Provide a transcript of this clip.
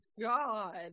God